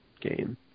game